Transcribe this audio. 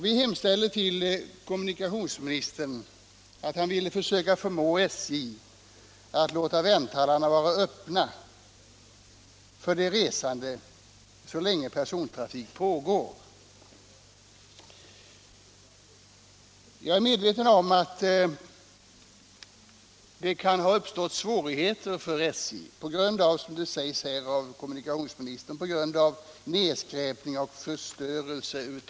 Vi hemställer till kommunikationsministern att han ville försöka förmå SJ att låta vänthallarna vara öppna för de resande så länge persontrafik pågår. Jag är medveten om att SJ vid försök att hålla vänthallarna öppna har mött svårigheter i form av - som kommunikationsministern säger i sitt svar — nedskräpning och förstörelse.